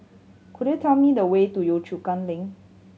could you tell me the way to Yio Chu Kang Link